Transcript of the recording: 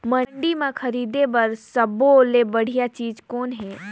मंडी म खरीदे बर सब्बो ले बढ़िया चीज़ कौन हे?